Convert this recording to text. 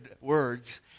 words